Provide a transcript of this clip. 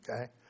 Okay